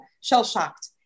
shell-shocked